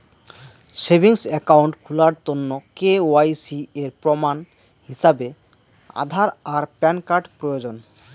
savings account খুলার তন্ন KYC এর প্রমাণ হিছাবে আধার আর প্যান কার্ড প্রয়োজন